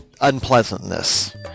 unpleasantness